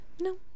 no